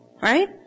Right